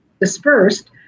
dispersed